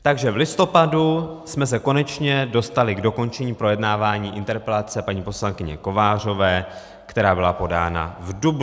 Takže v listopadu jsme se konečně dostali k dokončení projednávání interpelace paní poslankyně Kovářové, která byla podána v dubnu.